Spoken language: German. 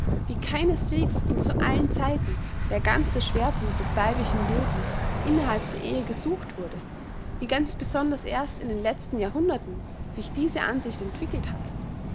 wie keineswegs und zu allen zeiten der ganze schwerpunkt des weiblichen lebens innerhalb der ehe gesucht wurde wie ganz besonders erst in den letzten jahrhunderten sich diese ansicht entwickelt hat